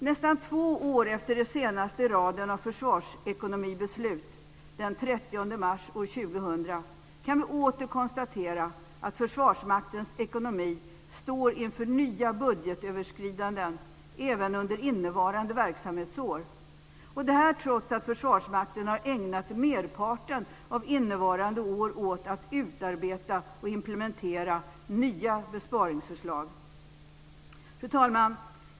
Nästan två år efter det senaste i raden av försvarsekonomibeslut, den 30 mars år 2000, kan vi åter konstatera att Försvarsmaktens ekonomi står inför nya budgetöveskridanden även under innevarande verksamhetsår - detta trots att Försvarsmakten har ägnat merparten av innevarande år åt att utarbeta och implementera nya besparingsförslag. Fru talman!